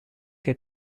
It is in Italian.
che